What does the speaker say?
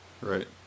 Right